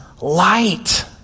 light